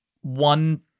one